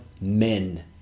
men